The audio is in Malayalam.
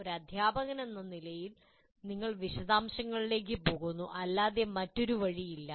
ഒരു അധ്യാപകനെന്ന നിലയിൽ നിങ്ങൾ വിശദാംശങ്ങളിലേക്ക് പോകുന്നു അല്ലാതെ മറ്റൊരു വഴിയല്ല